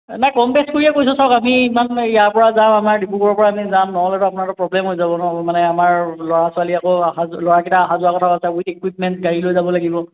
নাই কম বেছ কৰিয়ে কৈছোঁ চাওক আমি ইমান ইয়াৰপৰা যাম আমাৰ ডিব্ৰুগড়ৰপৰা আমি যাম নহ'লেতো আপোনাৰতো প্ৰ'ব্লেম হৈ যাব ন মানে আমাৰ ল'ৰা ছোৱালী আকৌ অহা যোৱা ল'ৰাকেইটা অহা যোৱা কথাও আছে উইথ ইকুইপমেণ্ট গাড়ী লৈ যাব লাগিব